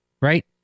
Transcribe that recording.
Right